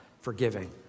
forgiving